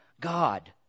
God